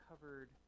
covered